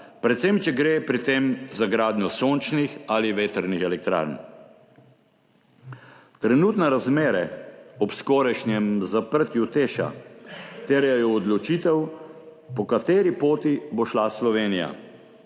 predvsem če gre pri tem za gradnjo sončnih ali vetrnih elektrarn. Trenutne razmere ob skorajšnjem zaprtju Teša terjajo odločitev, po kateri poti bo šla Slovenija.